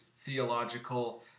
theological